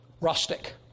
rustic